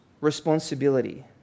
responsibility